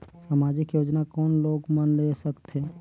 समाजिक योजना कोन लोग मन ले सकथे?